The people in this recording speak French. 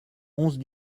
onze